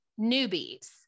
newbies